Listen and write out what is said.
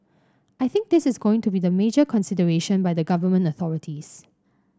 I think this is going to be the major consideration by the Government authorities